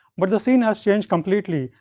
but the scene has changed completely,